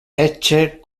ecce